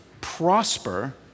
prosper